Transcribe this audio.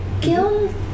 Gil